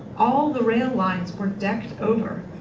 all the rail lines were decked over.